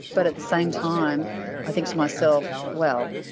but at the same time i think to myself, well,